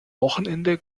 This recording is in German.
wochenende